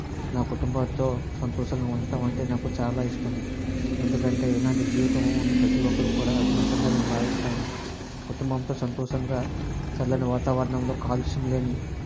నా కుటుంబంతో సంతోషంగా ఉండటం అంటే నాకు చాలా ఇష్టం ఎందుకంటే ఇలాంటి జీవితం ఉన్న ప్రతి ఒక్కరూ కూడా అదృష్టంగా నేను భావిస్తాను కుటుంబంతో సంతోషంగా చల్లని వాతావరణంలో కాలుష్యం లేని